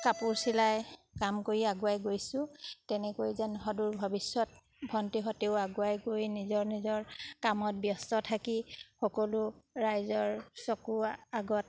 কাপোৰ চিলাই কাম কৰি আগুৱাই গৈছোঁ তেনেকৈ যেন সদূৰ ভৱিষ্যত ভণ্টিহঁতেও আগুৱাই গৈ নিজৰ নিজৰ কামত ব্যস্ত থাকি সকলো ৰাইজৰ চকুৰ আগত